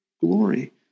glory